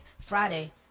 Friday